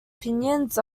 opinions